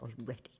already